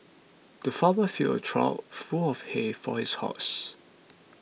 the farmer filled a trough full of hay for his horses